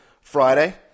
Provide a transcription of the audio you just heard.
Friday